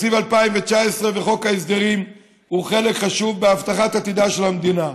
תקציב 2019 וחוק ההסדרים הם חלק חשוב בהבטחת עתידה של המדינה.